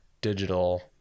digital